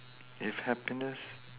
if happiness